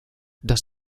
dass